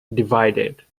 divided